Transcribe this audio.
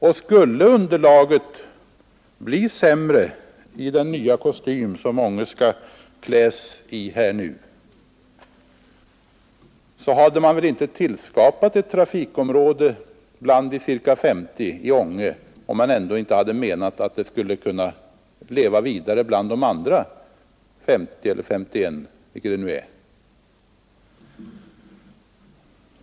Och skulle underlaget bli sämre i den nya kostym som Ånge nu skall kläs i, så måste det väl sägas att man inte skulle ha tillskapat ett trafikområde i Ange bland de ca 50, om man inte hade menat att det skulle kunna leva vidare bland de andra 50 eller S1 — vilket det nu är.